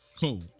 Cool